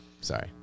Sorry